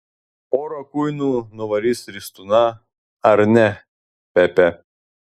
pora kuinų nuvarys ristūną ar ne pepe